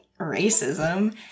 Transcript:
racism